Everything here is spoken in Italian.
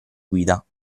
guida